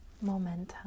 momentum